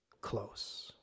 close